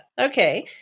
Okay